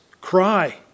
cry